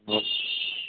note